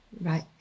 right